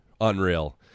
Unreal